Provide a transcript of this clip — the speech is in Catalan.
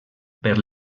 per